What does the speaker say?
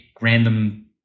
random